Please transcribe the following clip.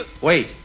Wait